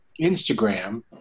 Instagram